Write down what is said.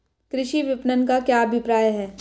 कृषि विपणन का क्या अभिप्राय है?